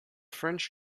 french